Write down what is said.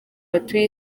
batuye